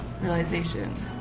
realization